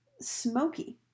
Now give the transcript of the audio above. smoky